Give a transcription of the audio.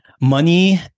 Money